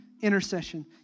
intercession